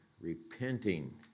repenting